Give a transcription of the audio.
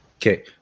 Okay